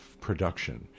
production